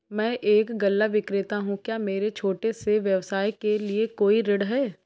मैं एक गल्ला विक्रेता हूँ क्या मेरे छोटे से व्यवसाय के लिए कोई ऋण है?